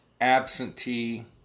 absentee